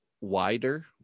Wider